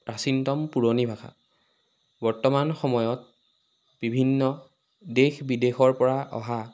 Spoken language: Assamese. প্ৰাচীনতম পুৰণি ভাষা বৰ্তমান সময়ত বিভিন্ন দেশ বিদেশৰ পৰা অহা